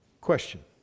question